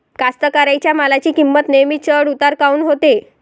कास्तकाराइच्या मालाची किंमत नेहमी चढ उतार काऊन होते?